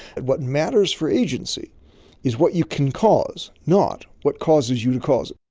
what matters for agency is what you can cause, not what causes you to cause